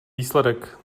výsledek